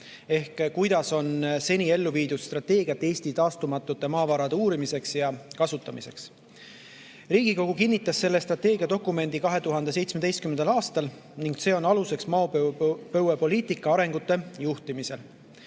kuidas on seni ellu viidud Eesti taastumatute maavarade uurimise ja kasutamise strateegiat. Riigikogu kinnitas selle strateegiadokumendi 2017. aastal ning see on aluseks maapõuepoliitika arengusuundade juhtimisel.